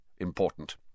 Important